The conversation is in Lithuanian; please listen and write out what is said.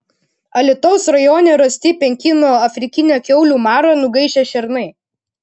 alytaus rajone rasti penki nuo afrikinio kiaulių maro nugaišę šernai